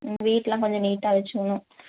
ம் வீடெலாம் கொஞ்சம் நீட்டாக வச்சிக்கணும்